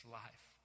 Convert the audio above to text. life